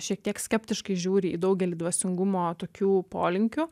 šiek tiek skeptiškai žiūri į daugelį dvasingumo tokių polinkių